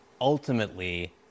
ultimately